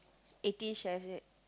Eighteen-Chefs is it